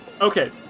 Okay